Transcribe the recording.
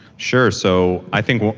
sure. so i think